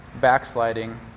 backsliding